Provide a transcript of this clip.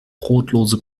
brotlose